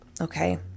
Okay